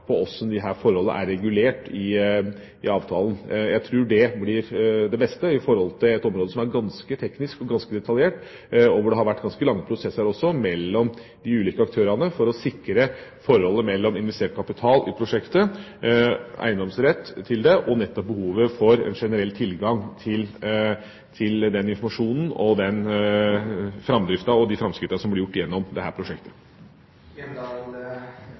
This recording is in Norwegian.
er regulert i avtalen. Jeg tror det er det beste når det gjelder et område som er ganske teknisk og detaljert og hvor det har vært ganske lange prosesser mellom de ulike aktørene for å sikre forholdet mellom investert kapital i prosjektet, eiendomsrett til det og nettopp behovet for generell tilgang til den informasjonen og framdriften og de framskrittene som blir gjort gjennom dette prosjektet.